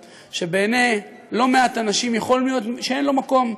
שבעיני לא מעט אנשים יכול מאוד להיות שאין לו מקום,